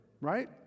right